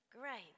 Great